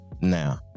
now